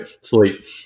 Sleep